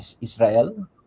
Israel